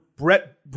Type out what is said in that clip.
Brett